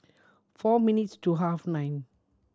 four minutes to half nine